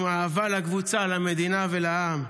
עם אהבה לקבוצה, למדינה ולעם.